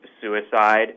suicide